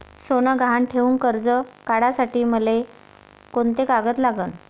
सोनं गहान ठेऊन कर्ज काढासाठी मले कोंते कागद लागन?